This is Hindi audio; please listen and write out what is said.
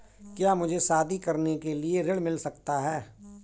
क्या मुझे शादी करने के लिए ऋण मिल सकता है?